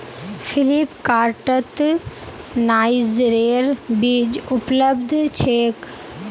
फ्लिपकार्टत नाइजरेर बीज उपलब्ध छेक